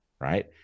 right